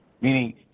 meaning